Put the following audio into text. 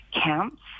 camps